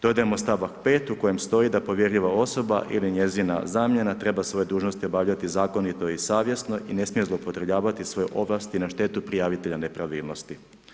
Dodajemo stavak 5. u kojem stoji da povjerljiva osoba ili njezina zamjena treba svoje dužnosti obavljati zakonito i savjesno i ne smije zloupotrjebljavati svoje ovlasti na štetu prijavitelja nepravilnosti.